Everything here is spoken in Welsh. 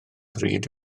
ddrud